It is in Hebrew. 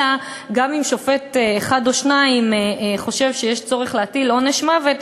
אלא שגם אם שופט אחד או שניים חושבים שיש צורך להטיל עונש מוות,